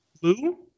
Blue